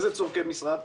אילו צרכי משרד?